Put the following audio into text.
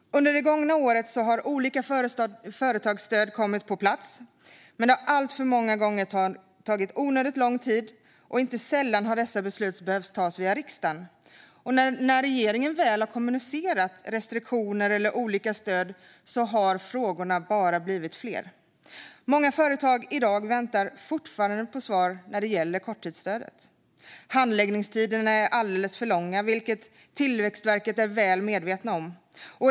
Under det gångna året har olika företagsstöd kommit på plats, men det har alltför många gånger tagit onödigt långt tid och inte sällan har dessa beslut fattats via riksdagen. När regeringen väl har kommunicerat restriktioner eller olika stöd har frågorna bara blivit fler. Många företag väntar i dag fortfarande på svar när det gäller korttidsstödet. Handläggningstiderna är alldeles för långa, vilket Tillväxtverket är väl medvetet om.